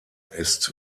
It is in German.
ist